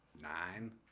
nine